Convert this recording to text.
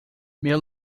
meu